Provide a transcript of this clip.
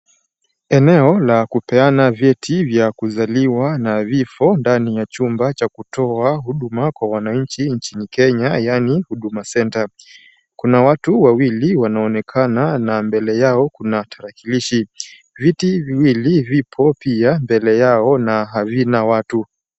Eneo la kupeana vyeti vya kuzaliwa na vifo ndani ya chumba cha kutoa huduma kwa wananchi nchini Kenya yaani Huduma Centre. Kuna watu wawili wanaonekana na mbele yao kuna tarakilishi. Viti viwili vipo pia mbele yao na havina watu.